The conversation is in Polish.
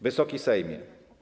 Wysoki Sejmie!